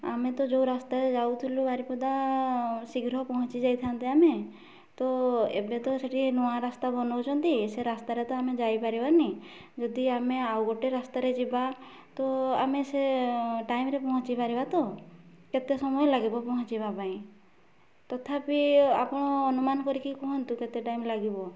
ଆମେ ତ ଯେଉଁ ରାସ୍ତାରେ ଯାଉଥିଲୁ ବାରିପଦା ଶୀଘ୍ର ପହଞ୍ଚି ଯାଇଥାନ୍ତେ ଆମେ ତ ଏବେ ତ ସେଠି ନୂଆ ରାସ୍ତା ବନାଉଛନ୍ତି ସେ ରାସ୍ତାରେ ତ ଆମେ ଯାଇପାରିବାନି ଯଦି ଆମେ ଆଉ ଗୋଟେ ରାସ୍ତାରେ ଯିବା ତ ଆମେ ସେ ଟାଇମ୍ରେ ପହଞ୍ଚିପାରିବା ତ କେତେ ସମୟ ଲାଗିବ ପହଞ୍ଚିବା ପାଇଁ ତଥାପି ଆପଣ ଅନୁମାନ କରିକି କୁହନ୍ତୁ କେତେ ଟାଇମ୍ ଲାଗିବ